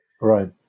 Right